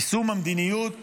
יישום המדיניות